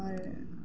और